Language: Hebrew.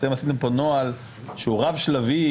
אתם עשיתם פה נוהל שהוא רב-שלבי,